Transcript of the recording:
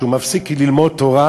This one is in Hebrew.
כשהוא מפסיק ללמוד תורה,